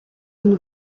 une